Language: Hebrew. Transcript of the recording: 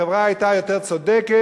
החברה היתה יותר צודקת,